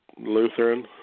Lutheran